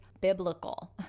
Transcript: biblical